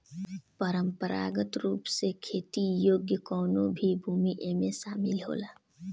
परंपरागत रूप से खेती योग्य कवनो भी भूमि एमे शामिल होला